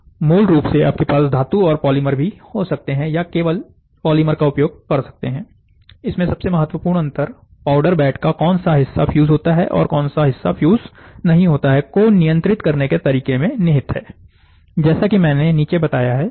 मूल रूप से आपके पास धातु और पॉलीमर भी हो सकते हैं या आप केवल पॉलीमर का उपयोग कर सकते हैं इसमें सबसे महत्वपूर्ण अंतर पाउडर बेड का कौन सा हिस्सा फ्यूज होता है और कौन सा हिस्सा फ्यूज नहीं होता है को नियंत्रित करने के तरीके में निहित है जैसा कि मैंने नीचे बताया है